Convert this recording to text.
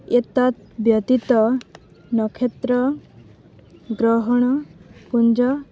ଏତଦ୍ ବ୍ୟତୀତ ନକ୍ଷତ୍ର ଗ୍ରହଣ ପୁଞ୍ଜ